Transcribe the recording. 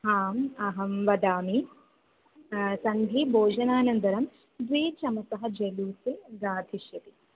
आम् अहं वदामि सन्ध्या भोजनानन्तरं द्वौ चमसौ जलूपे खादिष्यति